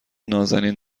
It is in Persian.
نازنین